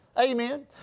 Amen